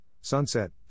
sunset